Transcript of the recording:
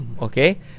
okay